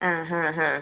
ആ ഹാ ഹാ